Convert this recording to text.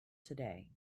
today